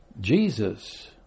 Jesus